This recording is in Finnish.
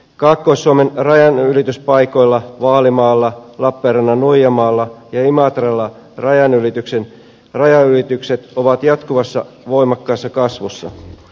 kaakkois suomen rajanylityspaikoilla vaalimaalla lappeenrannan nuijamaalla ja imatralla rajan ylitykset ovat jatkuvassa voimakkaassa kasvussa